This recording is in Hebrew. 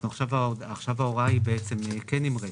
עכשיו ההוראה היא כן עם רטרו.